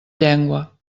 llengua